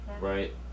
Right